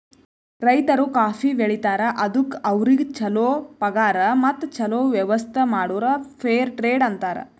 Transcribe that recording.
ರೈತರು ಕಾಫಿ ಬೆಳಿತಾರ್ ಅದುಕ್ ಅವ್ರಿಗ ಛಲೋ ಪಗಾರ್ ಮತ್ತ ಛಲೋ ವ್ಯವಸ್ಥ ಮಾಡುರ್ ಫೇರ್ ಟ್ರೇಡ್ ಅಂತಾರ್